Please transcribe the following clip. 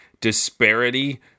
disparity